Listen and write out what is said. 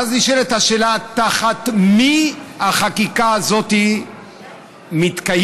ואז נשאלת השאלה תחת מי החקיקה הזאת מתקיימת,